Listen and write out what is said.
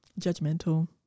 judgmental